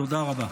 תודה רבה.